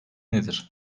nedir